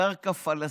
קרקע פלסטינית.